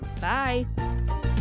Bye